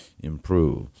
improve